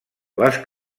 les